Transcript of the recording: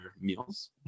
meals